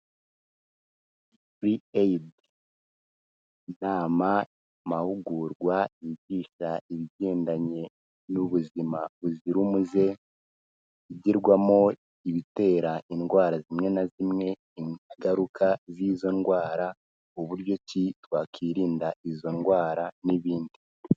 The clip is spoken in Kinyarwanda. B.A.D inama, amahugurwa yigisha ibigendanye n'ubuzima buzira umuze, igirwamo ibitera indwara zimwe na zimwe, ingaruka z'izo ndwara, uburyo ki twakirinda izo ndwara n'ibindi.